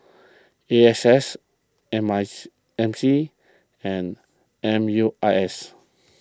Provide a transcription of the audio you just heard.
A S S M I M C and M U I S